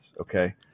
okay